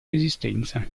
resistenza